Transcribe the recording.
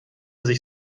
sich